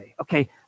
Okay